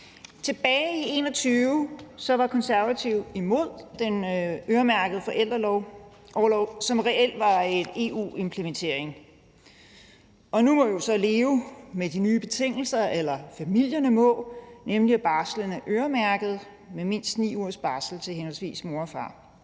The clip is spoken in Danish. Tilbage i 2021 var Konservative imod den øremærkede forældreorlov, som reelt var en EU-implementering, og nu må vi jo så leve med de nye betingelser, eller familierne må, nemlig at barslen er øremærket med mindst 9 ugers barsel til henholdsvis mor og far.